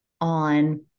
on